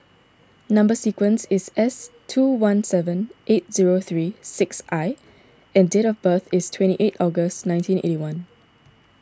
Number Sequence is S two one seven eight zero three six I and date of birth is twenty eight August nineteen eighty one